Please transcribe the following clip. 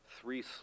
three